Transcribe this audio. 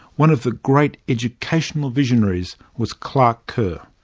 one of the great educational visionaries was clark kerr.